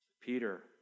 Peter